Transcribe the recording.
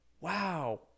Wow